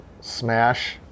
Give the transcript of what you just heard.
smash